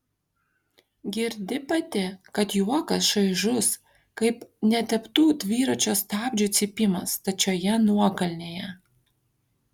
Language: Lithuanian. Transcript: girdi pati kad juokas šaižus kaip neteptų dviračio stabdžių cypimas stačioje nuokalnėje